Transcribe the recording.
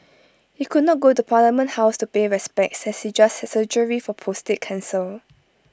he could not go to parliament house to pay respects as he just had surgery for prostate cancer